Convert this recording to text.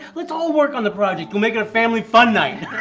let's all work on the project, we'll make it a family fun night.